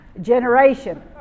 generation